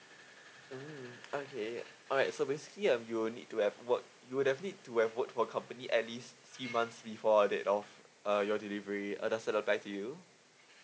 mm okay alright so basically um you will need to have work you'll definitely to have worked for company at least three months before a date of uh your delivery uh does it apply to you